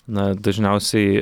na dažniausiai